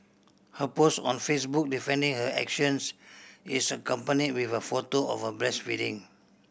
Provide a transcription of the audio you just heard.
her post on Facebook defending her actions is accompanied with a photo of her breastfeeding